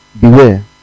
Beware